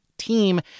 team